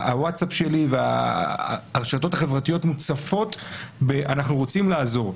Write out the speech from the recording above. הווטסאפ שלי והרשתות החברתיות מוצפות ב"אנחנו רוצים לעזור".